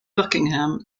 buckingham